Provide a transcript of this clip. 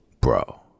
Bro